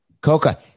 Coca